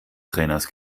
trainers